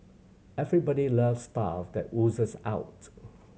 everybody loves stuff that oozes out